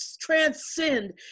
transcend